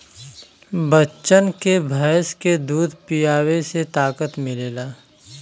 बच्चन के भैंस के दूध पीआवे से ताकत मिलेला